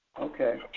Okay